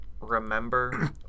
remember